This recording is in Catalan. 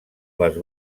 les